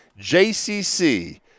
JCC